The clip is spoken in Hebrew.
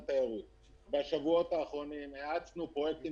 התיירות בשבועות האחרונים האצנו פרויקטים